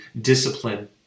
discipline